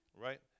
right